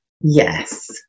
Yes